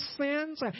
sins